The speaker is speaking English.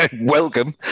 welcome